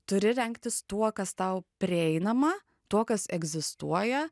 turi rengtis tuo kas tau prieinama tuo kas egzistuoja